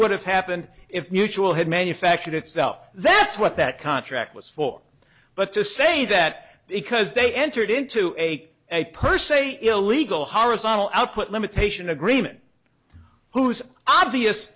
would have happened if mutual had manufactured itself that's what that contract was for but to say that because they entered into a a per se illegal horizontal output limitation agreement whose obvious